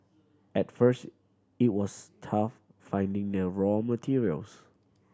at first it was tough finding the raw materials